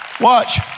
Watch